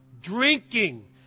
drinking